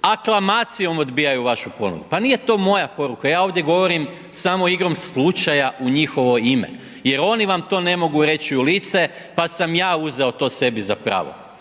Aklamacijom odbijaju vašu ponudu, pa nije to moja poruka, ja ovdje govorim samo igrom slučaja u njihovo ime jer oni vam to ne mogu reći u lice pa sam ja uzeo to sebi za pravo.